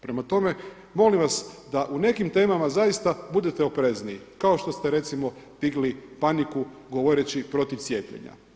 Prema tome, molim vas da u nekim temama zaista budete oprezniji kao što ste recimo digli paniku govoreći protiv cijepljenja.